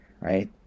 right